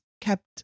kept